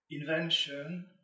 Invention